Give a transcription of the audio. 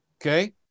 Okay